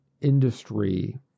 industry